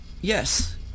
Yes